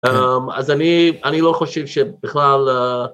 אז אני לא חושב שבכלל...